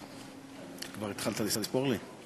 כבר התחלת לספור לי?